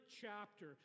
chapter